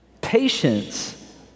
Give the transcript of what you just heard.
Patience